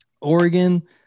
Oregon